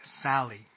Sally